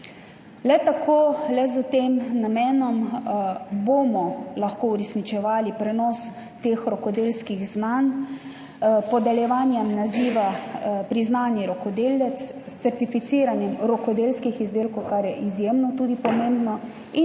Le s tem namenom bomo lahko uresničevali prenos rokodelskih znanj, podeljevanje naziva priznani rokodelec, certificiranje rokodelskih izdelkov, kar je tudi izjemno pomembno, in